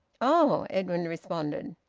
oh! edwin responded.